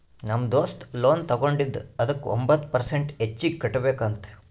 ನಮ್ ದೋಸ್ತ ಲೋನ್ ತಗೊಂಡಿದ ಅದುಕ್ಕ ಒಂಬತ್ ಪರ್ಸೆಂಟ್ ಹೆಚ್ಚಿಗ್ ಕಟ್ಬೇಕ್ ಅಂತ್